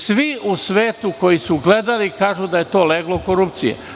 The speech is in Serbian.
Svi u svetu koji su gledali, kažu da je to leglo korupcije.